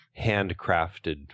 handcrafted